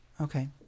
okay